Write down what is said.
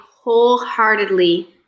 wholeheartedly